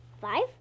Five